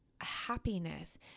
happiness